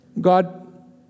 God